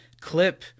clip